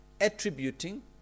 attributing